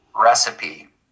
recipe